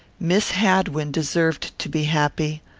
miss hadwin deserved to be happy.